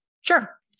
Sure